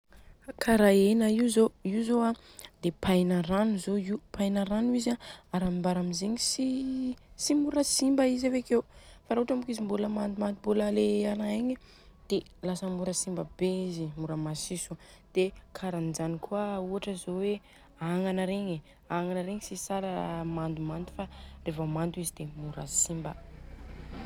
Kara hena io zô, io zô an dia paina rano zô io. Paina rano izy an raha mbaramizegny tsy mora simba izy avekeo. Fa raha ohatra moko izy mbola mandomando mbola le a raha igny a dia lasa mora simba be izy, mora masiso. Dia karanzany kôa ohatra zô hoe agnana regny, agnana regny tsy tsara raha mandomando fa, revô mando izy dia mora simba.